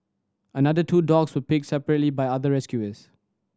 another two dogs were picked separately by other rescuers